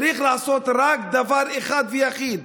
צריך לעשות רק דבר אחד ויחיד,